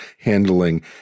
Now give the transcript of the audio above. handling